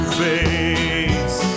face